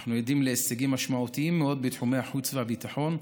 אנחנו עדים להישגים משמעותיים מאוד בתחומי החוץ והביטחון,